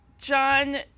John